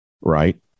Right